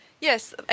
Yes